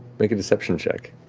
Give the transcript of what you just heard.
make a deception check.